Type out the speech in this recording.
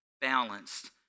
balanced